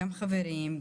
גם חברים,